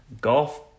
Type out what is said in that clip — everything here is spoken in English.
Golf